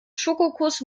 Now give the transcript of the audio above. schokokuss